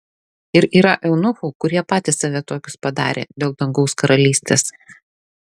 ir yra eunuchų kurie patys save tokius padarė dėl dangaus karalystės